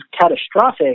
catastrophic